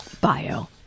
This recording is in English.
bio